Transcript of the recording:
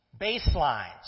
baselines